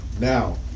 Now